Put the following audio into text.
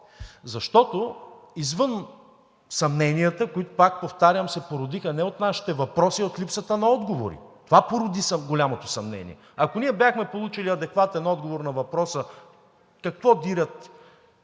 Защото извън съмненията, които, пак повтарям, се породиха не от нашите въпроси, а от липсата на отговори, това породи голямото съмнение. Ако бяхме получили адекватен отговор на въпроса: какво дирят